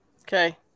Okay